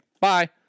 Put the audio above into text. bye